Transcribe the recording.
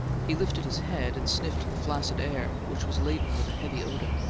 he lifted his head and sniffed the flaccid air, which was laden with a heavy odour.